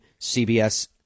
CBS